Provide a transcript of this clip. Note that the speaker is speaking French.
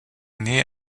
née